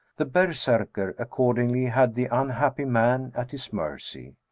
the berserkr accordingly had the unhappy man at his mercy.